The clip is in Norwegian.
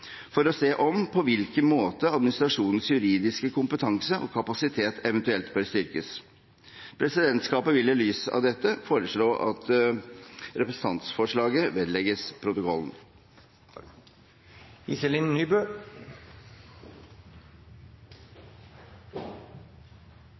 for å se om, og på hvilken måte, administrasjonens juridiske kompetanse og kapasitet eventuelt bør styrkes. Presidentskapet vil i lys av dette foreslå at representantforslaget vedlegges protokollen.